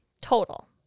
total